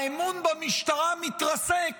האמון במשטרה מתרסק